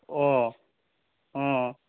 অঁ অঁ